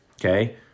okay